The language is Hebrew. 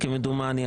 כמדומני,